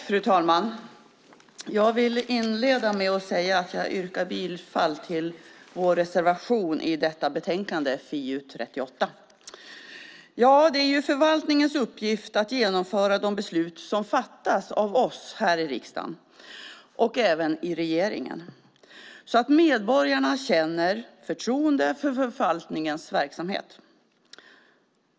Fru talman! Jag vill inleda med att säga att jag yrkar bifall till vår reservation i detta betänkande FiU38. Det är förvaltningens uppgift att genomföra de beslut som fattas av oss här i riksdagen och även i regeringen så att medborgarna känner förtroende för förvaltningens verksamhet.